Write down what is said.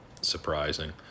surprising